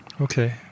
Okay